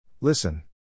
Listen